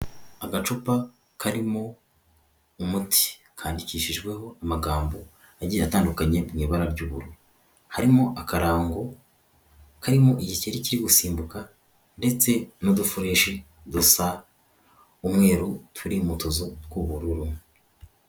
Agacupa karimo umuti kandikishijweho amagambo agiye atandukanye mu ibara ry'ubururu, harimo akarango karimo igikeri kiri gusimbuka ndetse n'udufureshi dusa umweru turi mu tuzu tw'ubururu.